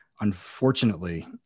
unfortunately